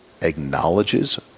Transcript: acknowledges